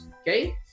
okay